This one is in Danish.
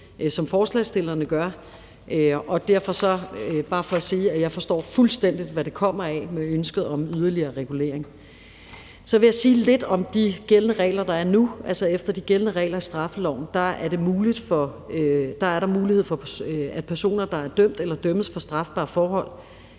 som forslagsstillerne gør, og jeg vil derfor bare sige, at jeg fuldstændig forstår, hvad ønsket om en yderligere regulering kommer af. Så vil jeg sige lidt om de regler, der nu er gældende. Efter de gældende regler i straffeloven er der en mulighed for, at personer, der er dømt eller dømmes for strafbare forhold,